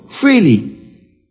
freely